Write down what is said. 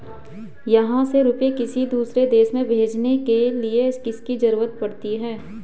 यहाँ से रुपये किसी दूसरे शहर में भेजने के लिए किसकी जरूरत पड़ती है?